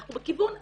אנחנו בכיוון הזה,